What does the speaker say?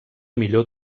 millor